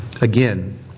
again